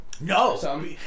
no